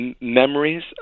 memories